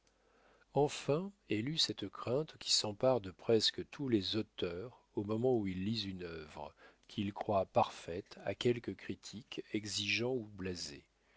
enfin elle eut cette crainte qui s'empare de presque tous les auteurs au moment où ils lisent une œuvre qu'ils croient parfaite à quelque critique exigeant ou blasé